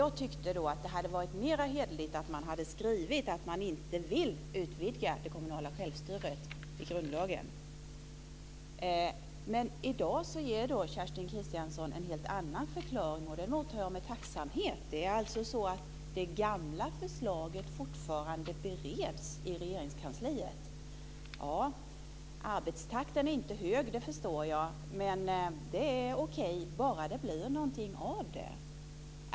Jag tyckte då att det hade varit mer hederligt att man hade skrivit att man inte vill utvidga det kommunala självstyret i grundlagen. Men i dag ger Kerstin Kristiansson en helt annan förklaring. Det mottar jag med tacksamhet. Det är alltså så att det gamla förslaget fortfarande bereds i Regeringskansliet. Arbetstakten är inte hög, det förstår jag. Men det är okej, bara det blir någonting av det.